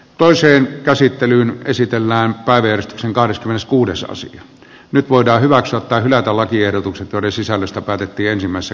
toiseen käsittelyyn esitellään päiviä kahdeskymmeneskuudes osan nyt voidaan hyväksyä tai hylätä lakiehdotukset joiden sisällöstä päätettiin ensimmäisessä käsittelyssä